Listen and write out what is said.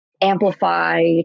amplify